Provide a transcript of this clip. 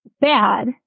bad